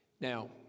Now